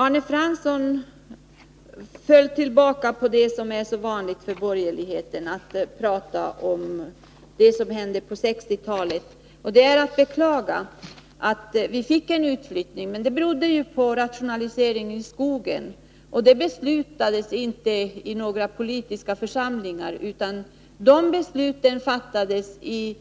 Arne Fransson återkom + till det som borgerligheten så gärna gör, nämligen att tala om vad som hände på 1960-talet. Det är att beklaga att vi fick en utflyttning. Men det berodde på rationaliseringen i skogen — som inte beslutades i några politiska församlingar, utan de besluten fattades i